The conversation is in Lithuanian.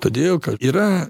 todėl kad yra